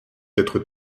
d’être